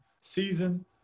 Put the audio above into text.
season